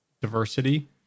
diversity